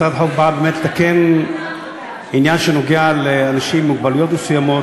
הצעת החוק באה באמת לתקן עניין שנוגע לאנשים עם מוגבלויות מסוימות,